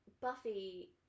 Buffy